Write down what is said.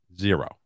zero